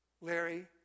Larry